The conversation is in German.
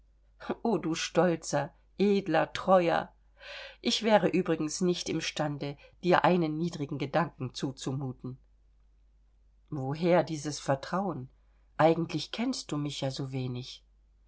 o du stolzer edler teurer ich wäre übrigens nicht im stande dir einen niedrigen gedanken zuzumuten woher dieses vertrauen eigentlich kennst du mich ja so wenig